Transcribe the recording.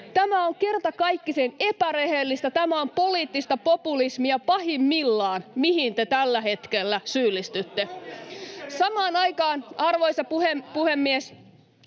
Tämä on kerta kaikkisen epärehellistä. Tämä on poliittista populismia pahimmillaan, mihin te tällä hetkellä syyllistytte. [Jussi Saramo: Ministeri